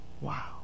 Wow